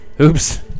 Oops